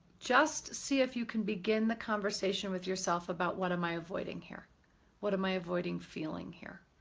just see if you can begin the conversation with yourself about what am i avoiding here what am i avoiding feeling here